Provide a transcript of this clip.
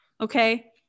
Okay